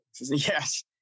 Yes